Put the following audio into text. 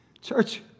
Church